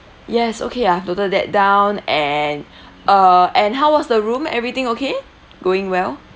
yes okay I've noted down and uh and how was the room everything okay going well